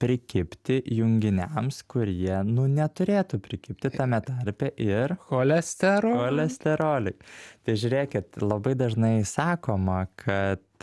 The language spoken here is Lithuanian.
prikibti junginiams kurie nu neturėtų prikibti tame tarpe ir cholesterol cholesterolis tai žiūrėkit labai dažnai sakoma kad